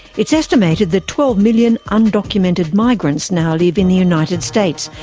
it's estimated that twelve million undocumented migrants now live in the united states,